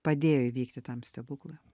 padėjo įvykti tam stebuklui